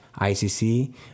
ICC